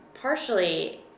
partially